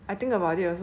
are small but